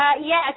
Yes